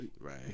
right